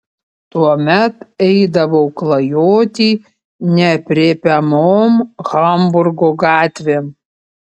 tuomet eidavau klajoti neaprėpiamom hamburgo gatvėm